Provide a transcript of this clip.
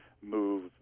move